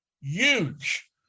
huge